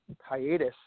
hiatus